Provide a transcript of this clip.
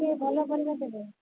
ଟିକିଏ ଭଲ ପରିବା ଦେବେ